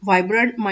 Vibrant